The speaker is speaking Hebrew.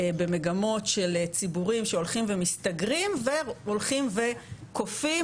במגמות של ציבורים שהולכים ומסתגרים והולכים וכופים